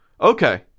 Okay